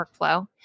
workflow